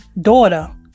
daughter